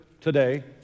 today